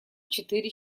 четыре